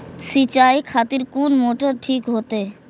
सीचाई खातिर कोन मोटर ठीक होते?